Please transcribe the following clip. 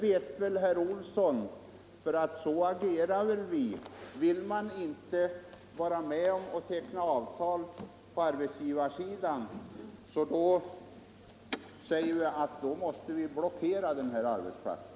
Herr Olsson känner säkerligen också till att om arbetsgivaren vägrar att teckna avtal, så förklarar man den arbetsplatsen i blockad. Man är dessutom inte skyldig att arbeta utan avtal.